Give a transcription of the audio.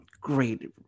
great